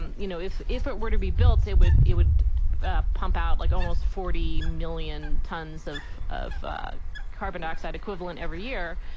and you know, if if it were to be built, it would it would ah pump out like almost forty million tons of of carbon dioxide equivalent every year.